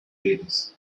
iris